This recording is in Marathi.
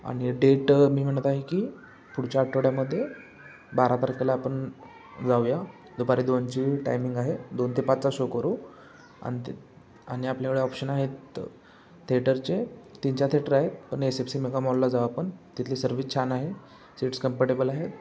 आणि डेट मी म्हणत आहे की पुढच्या आठवड्यामध्ये बारा तारखेला आपण जाऊया दुपारी दोनची टायमिंग आहे दोन ते पाचचा शो करू आणि ते आणि आपल्याकडे ऑप्शन आहेत थेटरचे तीन चार थेटर आहेत पण एस एफ सी मेगामॉलला जाऊ आपण तिथली सर्विस छान आहे सीट्स कम्फर्टेबल आहेत